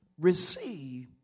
receive